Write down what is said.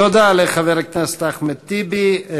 תודה לחבר הכנסת אחמד טיבי.